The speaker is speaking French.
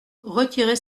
retirez